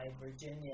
Virginia